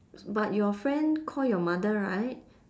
but your friend call your mother right